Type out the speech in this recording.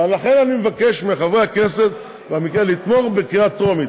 ולכן, אני מבקש מחברי הכנסת לתמוך בקריאה טרומית.